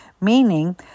meaning